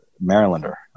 Marylander